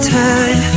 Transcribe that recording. time